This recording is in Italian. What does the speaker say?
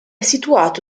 situato